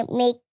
make